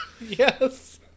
Yes